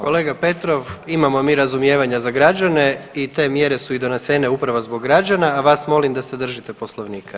Kolega Petrov, imamo mi razumijevanja za građane i te mjere su i donesene upravo zbog građana, a vas molim da se držite Poslovnika.